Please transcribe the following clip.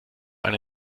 eine